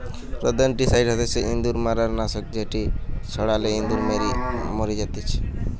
rodenticide হতিছে ইঁদুর মারার নাশক যেটি ছড়ালে ইঁদুর মরি জাতিচে